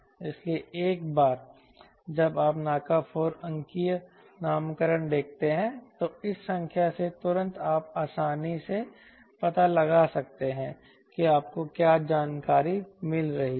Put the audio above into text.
इसलिए एक बार जब आप NACA 4 अंकीय नामकरण देखते हैं तो इस संख्या से तुरंत आप आसानी से पता लगा सकते हैं कि आपको क्या जानकारी मिल रही है